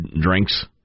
drinks